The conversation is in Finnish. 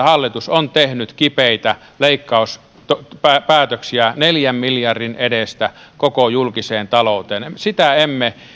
hallitus on tehnyt kipeitä leikkauspäätöksiä neljän miljardin edestä koko julkiseen talouteen sitä emme